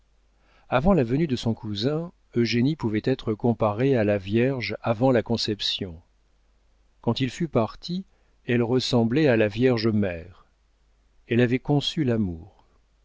avant la venue de son cousin eugénie pouvait être comparée à la vierge avant la conception quand il fut parti elle ressemblait à la vierge mère elle avait conçu l'amour